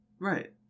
Right